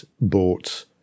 bought